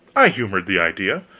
i humored the idea.